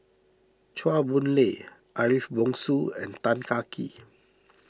Chua Boon Lay Ariff Bongso and Tan Kah Kee